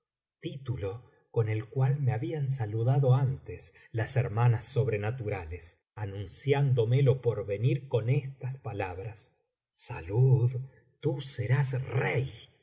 título con el cual me habían saludado antes las hermanas soacto primero escena iv mensaj lady mac mensaj lady mac brenaturales anunciándome lo porvenir con estas palabras salud tú serás rey